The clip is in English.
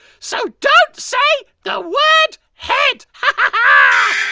so don't say the word head. haha.